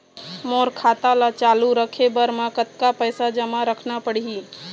मोर खाता ला चालू रखे बर म कतका पैसा जमा रखना पड़ही?